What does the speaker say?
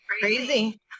Crazy